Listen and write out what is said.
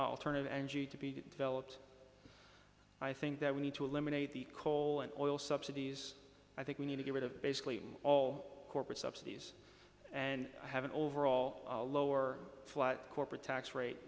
of energy to be developed i think that we need to eliminate the coal and oil subsidies i think we need to get rid of basically all corporate subsidies and have an overall lower corporate tax rate